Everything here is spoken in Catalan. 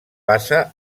passa